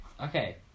Okay